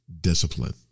discipline